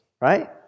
right